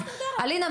אלינה,